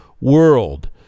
world